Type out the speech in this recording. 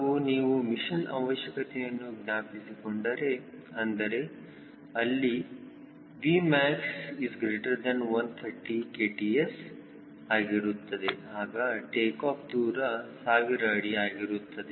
ಹಾಗೂ ನೀವು ಮಿಷನ್ ಅವಶ್ಯಕತೆಯನ್ನು ಜ್ಞಾಪಿಸಿಕೊಂಡರೆ ಅಂದರೆ ಅಲ್ಲಿ 𝑉mas ≥ 130 𝑘𝑡𝑠 ಆಗಿರುತ್ತದೆ ಆಗ ಟೇಕಾಫ್ ದೂರ 1000 ಅಡಿ ಆಗಿರುತ್ತದೆ